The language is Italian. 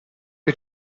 che